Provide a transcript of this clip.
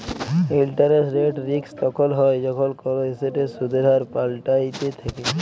interest rate risk তখল হ্যয় যখল কল এসেটের সুদের হার পাল্টাইতে থ্যাকে